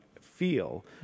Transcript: feel